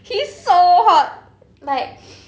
he's so hot like